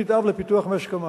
תוכנית-אב לפיתוח משק המים.